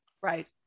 right